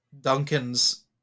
Duncan's